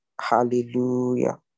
Hallelujah